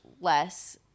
less